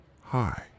Hi